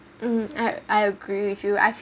um I I agree with you I’ve